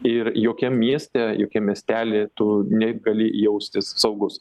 ir jokiam mieste jokiam miestelyje tu negali jaustis saugus